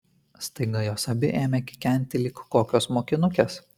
staiga jos abi ėmė kikenti lyg kokios mokinukės